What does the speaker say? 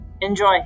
Enjoy